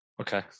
Okay